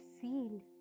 feel